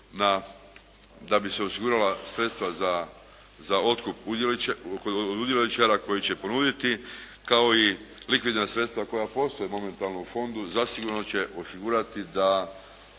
da bi se osigurala sredstva za otkup kod udioničara koji će ponuditi kao i likvidna sredstva koje postoje momentalno u fondu zasigurno će osigurati da